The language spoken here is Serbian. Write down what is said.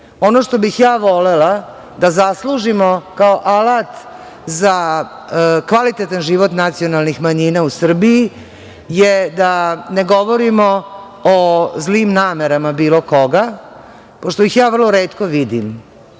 što bih ja volela da zaslužimo kao alat za kvalitetan život nacionalnih manjina u Srbiji je da ne govorimo o zlim namerama bilo koga, pošto ih ja vrlo retko vidim,